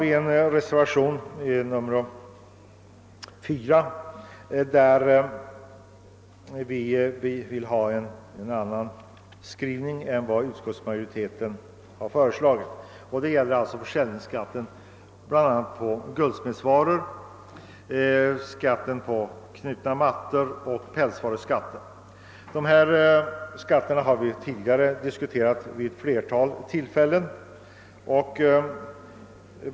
I reservationen 4 föreslår vi en annan skrivning än utskottsmajoriteten har föreslagit — det gäller försäljningsskatten bl.a. på guldsmedsvaror, knutna mattor och pälsvaror. Beskattningen av dessa varor har vi tidigare diskuterat vid ett flertal tillfällen.